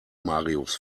marius